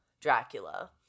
Dracula